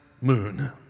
Moon